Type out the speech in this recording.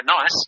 nice